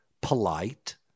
polite